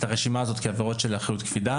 הרשימה הזאת כעבירות של אחריות קפידה,